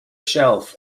shelf